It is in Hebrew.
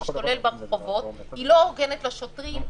להשתולל ברחובות היא לא הוגנת כלפי השוטרים,